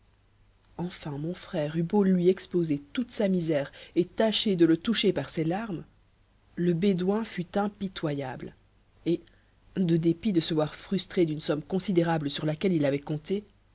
enfin mon frère eut beau lui exposer toute sa misère et tâcher de le toucher par ses larmes le bédouin fut impitoyable et de dépit de se voir frustré d'une somme considérable sur laquelle il avait compté